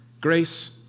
Grace